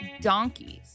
donkeys